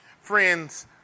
Friends